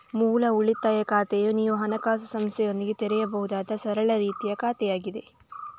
ಮೂಲ ಉಳಿತಾಯ ಖಾತೆಯು ನೀವು ಹಣಕಾಸು ಸಂಸ್ಥೆಯೊಂದಿಗೆ ತೆರೆಯಬಹುದಾದ ಸರಳ ರೀತಿಯ ಖಾತೆಯಾಗಿದೆ